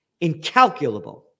Incalculable